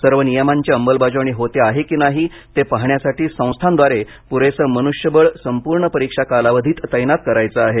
सर्व नियमांची अंमलबजावणी होते आहे की नाही ते पाहण्यासाठी संस्थांद्वारे पुरेसे मनुष्यबळ संपूर्ण परीक्षा कालावधीत तैनात करायचे आहे